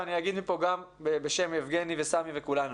ואני אגיד מפה גם בשם יבגני וסמי וכולנו: